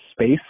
space